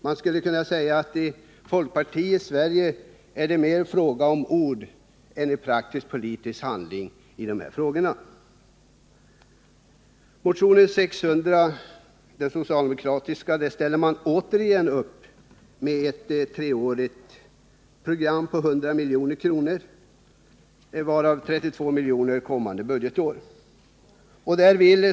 Man skulle kunna säga att i folkpartiets Sverige är det mer fråga om ord än om praktisk politisk handling i dessa frågor. I motionen nr 600 ställer vi socialdemokrater återigen upp med ett treårsprogram om 100 milj.kr., varav 32 milj.kr. för kommande budgetår.